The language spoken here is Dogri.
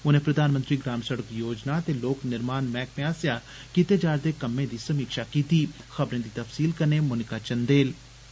उनें प्रधानमंत्री ग्राम सिड़क योजना ते लोक निर्माण मैहकमें आस्सेया कीत्ते जा करदे कम्में दी समीक्षा कीत्ती